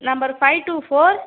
number five to four